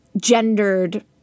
gendered